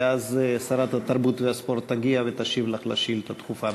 ואז שרת התרבות והספורט תגיע ותשיב לך על השאילתה הדחופה,